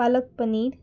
palak paneer